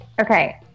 Okay